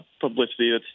publicity